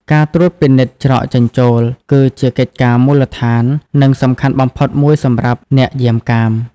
ការត្រួតពិនិត្យច្រកចេញចូល គឺជាកិច្ចការមូលដ្ឋាន និងសំខាន់បំផុតមួយសម្រាប់អ្នកយាមកាម។